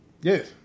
Yes